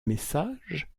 messages